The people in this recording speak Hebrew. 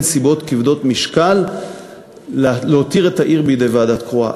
סיבות כבדות משקל להותיר את העיר בידי ועדה קרואה.